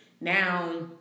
now